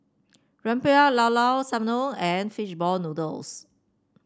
rempeyek Llao Llao Sanum and Fishball Noodles